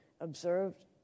observed